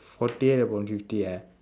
forty eight upon fifty ah